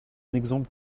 exemple